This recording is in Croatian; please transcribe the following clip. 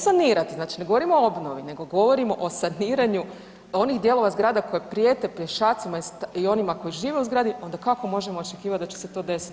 sanirati, znači ne govorimo o obnovi nego govorimo o saniranju onih dijelova zgrada koji prijete pješacima i onima koji žive u zgradu, onda kako možemo očekivati da će se to desiti u Baniji?